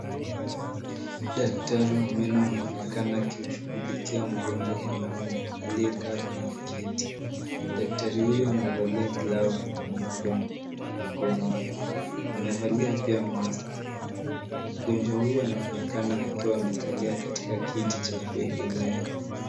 Daktari wa meno anaonekana akimshughulikia mgonjwa mwanaume aliyekaa kwenye kiti. Daktari huyo amevalia glavu nyeupe mkononi, amevalia pia maski . Mgonjwa huyo anaonekana akiwa amekalia katika kiti cha kuegemea.